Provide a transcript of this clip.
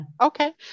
Okay